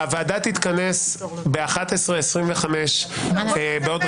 הוועדה תתכנס ב-11:30 בחזרה.